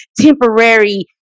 temporary